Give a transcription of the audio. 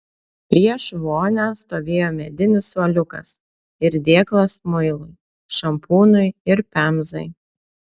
prieš vonią stovėjo medinis suoliukas ir dėklas muilui šampūnui ir pemzai